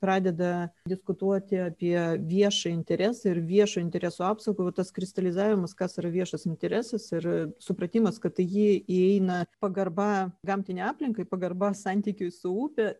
pradeda diskutuoti apie viešą interesą ir viešo intereso apsaugą vat tas kristalizavimas kas yra viešas interesas ir supratimas kad į jį įeina pagarba gamtinei aplinkai pagarba santykiui su upe